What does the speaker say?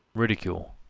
ridicule,